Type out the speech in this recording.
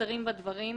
חסרים בה דברים,